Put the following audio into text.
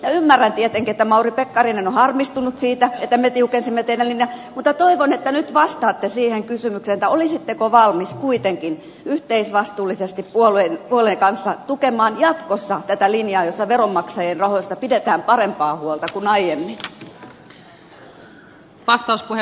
ymmärrän tietenkin että mauri pekkarinen on harmistunut siitä että me tiukensimme teidän linjaanne mutta toivon että nyt vastaatte siihen kysymykseen että olisitteko valmis kuitenkin yhteisvastuullisesti puolueen kanssa tukemaan jatkossa tätä linjaa jossa veronmaksajien rahoista pidetään parempaa huolta kuin aiemmin